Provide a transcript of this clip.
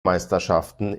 meisterschaften